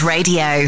Radio